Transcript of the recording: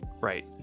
Right